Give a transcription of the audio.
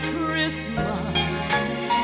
Christmas